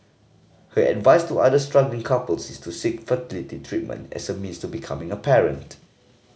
her advice to other struggling couples is to seek fertility treatment as a means to becoming a parent